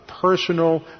personal